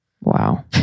Wow